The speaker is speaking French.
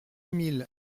mille